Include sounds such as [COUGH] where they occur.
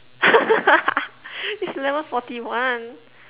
[LAUGHS] it's eleven forty one